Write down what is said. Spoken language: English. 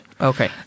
okay